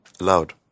Loud